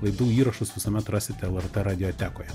laidų įrašus visuomet rasite lrt radiotekoje